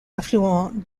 affluent